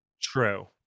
True